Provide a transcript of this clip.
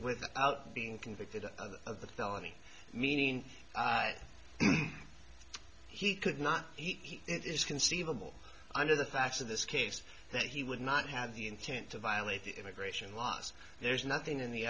without being convicted of the felony meaning he could not it is conceivable under the facts of this case that he would not have the intent to violate the immigration was there's nothing in the